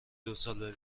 دوسال